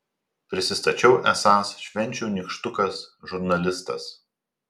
prisistačiau esąs švenčių nykštukas žurnalistas